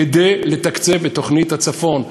כדי לתקצב את תוכנית הצפון.